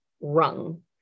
rung